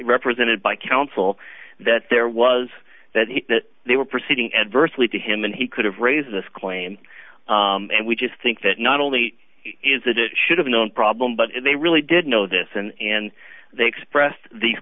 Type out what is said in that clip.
represented by counsel that there was that he that they were proceeding adversely to him and he could have raised this claim and we just think that not only is that it should have known problem but they really didn't know this and and they expressed these